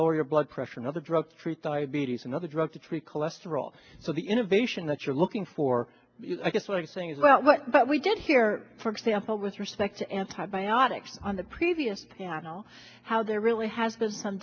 lower your blood pressure another drug to treat diabetes and other drugs to treat cholesterol so the innovation that you're looking for i guess what i'm saying is well what we did here for example with respect to antibiotics on the previous panel how there really has been some